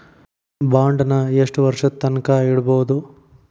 ಬಾಂಡನ್ನ ಯೆಷ್ಟ್ ವರ್ಷದ್ ತನ್ಕಾ ಇಡ್ಬೊದು?